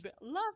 Love